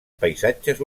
paisatges